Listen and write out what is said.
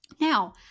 Now